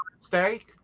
steak